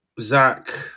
Zach